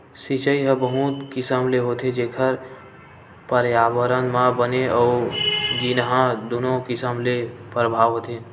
सिचई ह बहुत किसम ले होथे जेखर परयाबरन म बने अउ गिनहा दुनो किसम ले परभाव होथे